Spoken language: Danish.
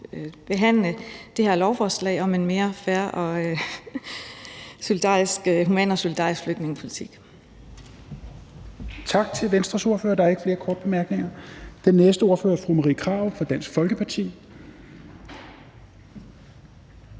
behandle det her borgerforslag om en mere human og solidarisk flygtningepolitik.